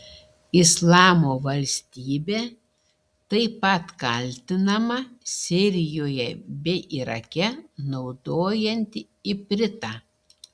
islamo valstybė taip pat kaltinama sirijoje bei irake naudojanti ipritą